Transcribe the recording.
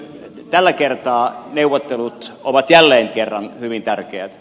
tällä kertaa neuvottelut ovat jälleen kerran hyvin tärkeät